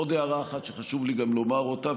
עוד הערה אחת שחשוב לי גם לומר אותה,